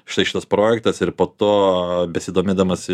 štai šitas projektas ir po to besidomėdamas